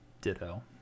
Ditto